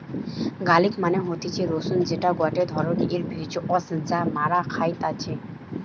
garlic মানে হতিছে রসুন যেটা গটে ধরণের ভেষজ যা মরা খাইতেছি